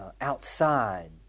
outside